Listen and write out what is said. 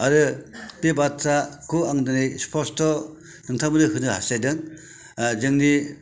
आरो बे बाथ्राखौ आं दिनै स्फस्थ' नोंथांमोननो होननो हासथायदों जोंनि